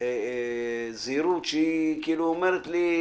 זהירות שכאילו אומרת לי,